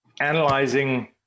analyzing